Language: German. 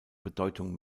bedeutung